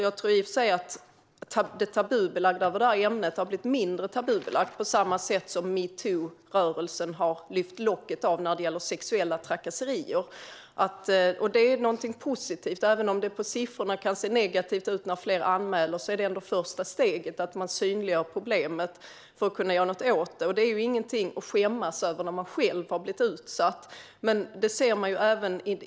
Jag tror i och för sig att detta ämne har blivit mindre tabubelagt, på samma sätt som metoo-rörelsen har lyft av locket när det gäller sexuella trakasserier. Detta är någonting positivt. Även om det på siffrorna kan se negativt ut när fler anmäler är det ändå ett första steg att man synliggör problemet för att kunna göra någonting åt det. Att man själv har blivit utsatt är ingenting att skämmas över.